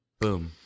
Boom